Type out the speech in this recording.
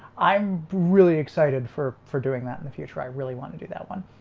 i'm really excited for for doing that in the future i really want to do that one,